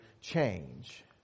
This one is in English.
change